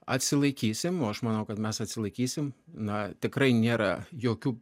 atsilaikysim o aš manau kad mes atsilaikysim na tikrai nėra jokių